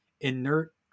inert